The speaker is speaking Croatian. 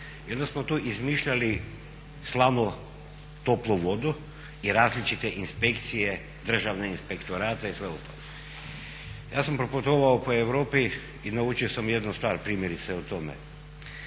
onda smo tu izmišljali slano-toplu vodu i različite inspekcije, državne inspektorate i sve ostalo. Ja sam proputovao po Europi i naučio sam jednu stvar primjerice o tome,